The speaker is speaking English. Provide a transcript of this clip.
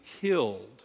killed